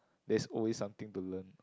there's always something to learn